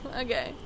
okay